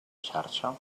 xarxa